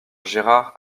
gérard